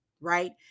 right